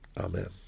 Amen